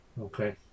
Okay